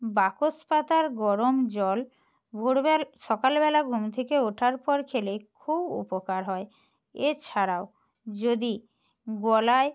বাসক পাতার গরম জল ভোরবেলা সকালবেলা ঘুম থেকে ওঠার পর খেলে খুব উপকার হয় এছাড়াও যদি গলায়